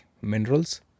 minerals